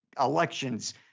elections